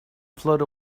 float